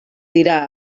dira